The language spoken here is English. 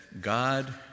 God